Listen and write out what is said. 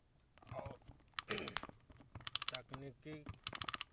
और तकनीकी